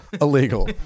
illegal